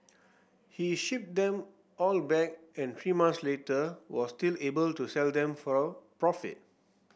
he shipped them all back and three months later was still able to sell them for a profit